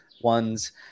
ones